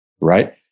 right